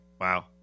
Wow